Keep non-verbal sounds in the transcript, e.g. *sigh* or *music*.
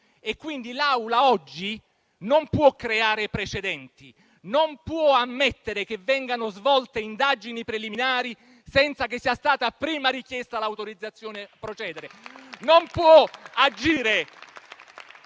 quindi oggi non può creare precedenti, non può ammettere che vengano svolte indagini preliminari senza che prima sia stata richiesta l'autorizzazione a procedere. *applause*